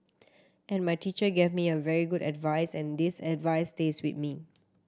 and my teacher gave me a very good advice and this advice stays with me